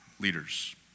leaders